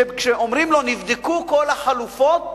שכשאומרים לו: נבדקו כל החלופות,